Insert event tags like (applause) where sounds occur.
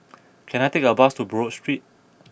(noise) can I take a bus to Buroh Street